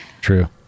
true